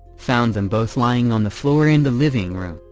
found them both lying on the floor in the living room,